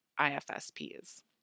IFSPs